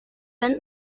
end